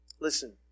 Listen